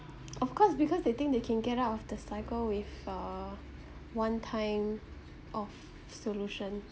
of course because they think they can get out of the cycle with uh one time of solution